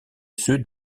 ceux